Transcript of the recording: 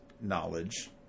knowledge